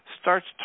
starts